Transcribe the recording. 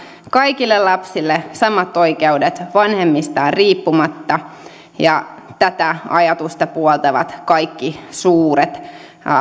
kaikille lapsille samat oikeudet vanhemmistaan riippumatta ja tätä ajatusta puoltavat kaikki suuret